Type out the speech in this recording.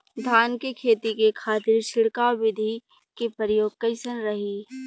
धान के खेती के खातीर छिड़काव विधी के प्रयोग कइसन रही?